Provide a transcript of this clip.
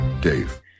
Dave